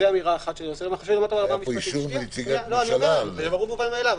זה מובן מאליו.